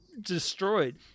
destroyed